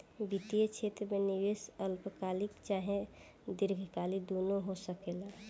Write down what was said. वित्तीय क्षेत्र में निवेश अल्पकालिक चाहे दीर्घकालिक दुनु हो सकेला